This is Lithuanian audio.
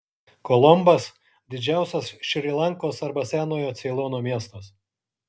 kolombas didžiausias šri lankos arba senojo ceilono miestas